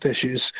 issues